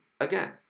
again